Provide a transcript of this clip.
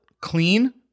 clean